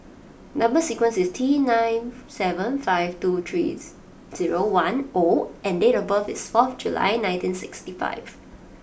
Number sequence is T nine seven five two three zero one O and date of birth is fourth July nineteen sixty five